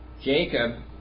Jacob